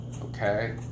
Okay